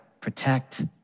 protect